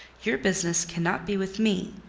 your business cannot be with me.